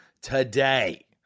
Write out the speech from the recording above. Today